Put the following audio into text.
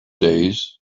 days